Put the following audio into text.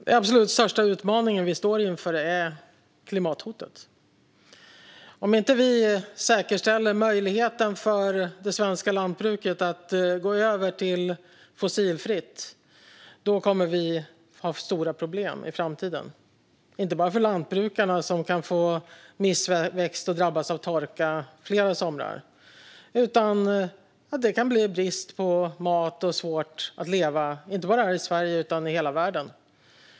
Fru talman! Den absolut största utmaning vi står inför är klimathotet. Om vi inte säkerställer möjligheten för det svenska lantbruket att gå över till fossilfritt kommer vi att ha stora problem i framtiden. Det gäller inte bara lantbrukarna, som kan få missväxt och drabbas av torka fler somrar. Det kan också bli brist på mat och svårt att leva inte bara här i Sverige utan i hela världen.